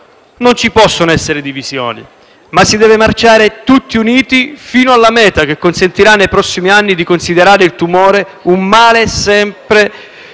non ci possono essere divisioni, ma si deve marciare tutti uniti fino alla meta che consentirà, nei prossimi anni, di considerare il tumore un male sempre